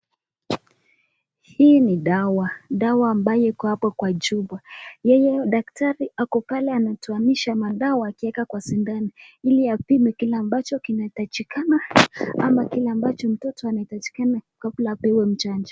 Hii ni dawa, dawa ambayo iko hapo kwa chupa, yeye daktari ambae ako pale anatoanisha madawa akiweka kwa shindano ili apime kile ambacho kinahitajikana ama kile ambacho mtoto anahitajikana kabla apewe chanjo.